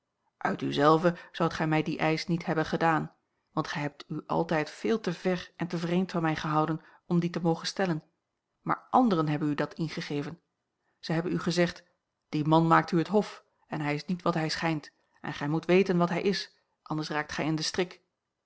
uit u zelve zoudt gij mij dien eisch niet hebben gedaan want gij hebt u altijd veel te ver en te vreemd van mij gehouden om die te mogen stellen maar anderen hebben u dat ingegeven zij hebben u gezegd die man maakt u het hof en hij is niet wat hij schijnt en gij moet weten wat hij is anders raakt gij in den strik